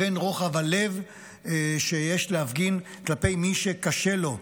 לבין רוחב הלב שיש להפגין כלפי מי שקשה לו.